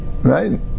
right